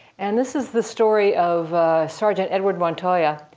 and this is the story of sergeant edward montoya.